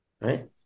right